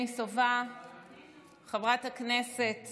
חבר הכנסת